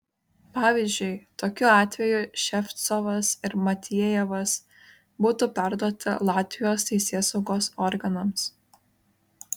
pavyzdžiui tokiu atveju ševcovas ir matvejevas būtų perduoti latvijos teisėsaugos organams